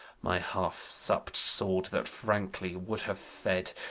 my half-supp'd sword, that frankly would have fed,